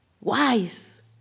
Wise